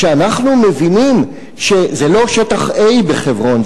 כשאנחנו מבינים, זה לא שטח A בחברון.